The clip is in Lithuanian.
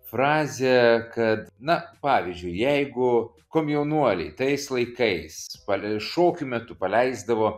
frazę kad na pavyzdžiui jeigu komjaunuoliai tais laikais palei šokių metu paleisdavo